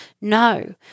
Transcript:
No